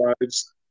lives